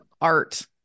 art